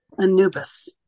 Anubis